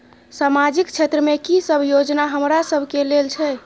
सामाजिक क्षेत्र में की सब योजना हमरा सब के लेल छै?